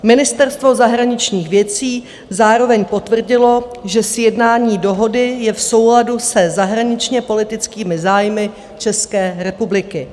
Ministerstvo zahraničních věcí zároveň potvrdilo, že sjednání dohody je v souladu se zahraničněpolitickými zájmy České republiky.